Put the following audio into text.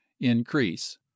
increase